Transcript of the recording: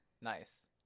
Nice